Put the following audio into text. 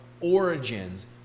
origins